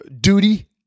duty